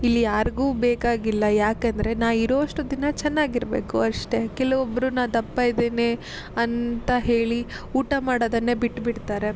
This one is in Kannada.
ಇಲ್ಲಿ ಯಾರಿಗೂ ಬೇಕಾಗಿಲ್ಲ ಯಾಕೆಂದರೆ ನಾ ಇರೋ ಅಷ್ಟು ದಿನ ಚೆನ್ನಾಗಿರ್ಬೇಕು ಅಷ್ಟೆ ಕೆಲವೊಬ್ಬರು ನಾ ದಪ್ಪ ಇದ್ದೀನಿ ಅಂತ ಹೇಳಿ ಊಟ ಮಾಡೋದನ್ನೇ ಬಿಟ್ಟು ಬಿಡ್ತಾರೆ